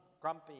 grumpy